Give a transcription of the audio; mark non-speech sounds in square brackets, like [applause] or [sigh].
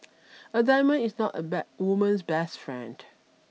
[noise] a diamond is not a bad woman's best friend